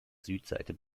südseite